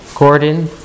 Gordon